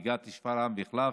והגעת לשפרעם והחלפת.